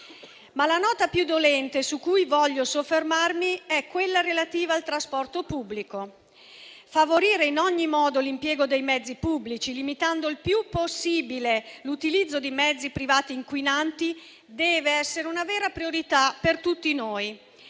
Ma la nota più dolente su cui voglio soffermarmi è quella relativa al trasporto pubblico. Favorire in ogni modo l'impiego dei mezzi pubblici, limitando il più possibile l'utilizzo dei mezzi privati inquinanti, deve essere una vera priorità per tutti noi.